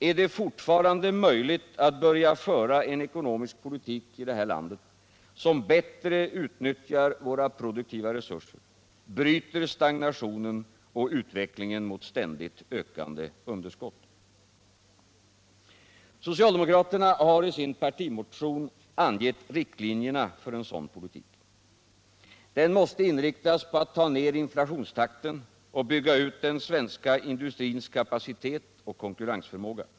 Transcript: Är det fortfarande möjligt att börja föra en ekonomisk politik i Sverige, som bättre utnyttjar våra produktiva resurser, bryter stagnationen och utvecklingen mot ständigt ökande underskott? Socialdemokraterna har i sin partimotion angett riktlinjerna för en sådan politik. Den måste inriktas på att ta ner inflationstakten och bygga ut den svenska industrins kapacitet och konkurrensförmåga.